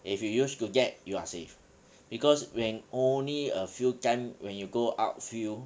if you use to thar you are safe because when only a few time when you go outfield